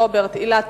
רוברט אילטוב,